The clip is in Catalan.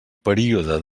període